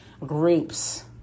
groups